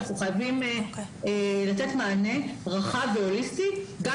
אנחנו חייבים לתת מענה רחב והוליסטי גם